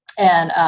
and